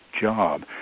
job